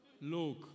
look